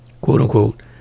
quote-unquote